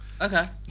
okay